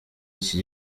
iki